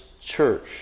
church